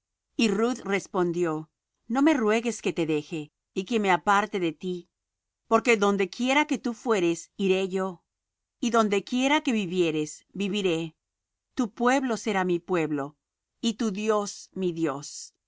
y ruth respondió no me ruegues que te deje y que me aparte de ti porque donde quiera que tú fueres iré yo y donde quiera que vivieres viviré tu pueblo será mi pueblo y tu dios mi dios